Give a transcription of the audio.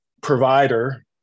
provider